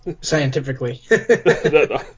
Scientifically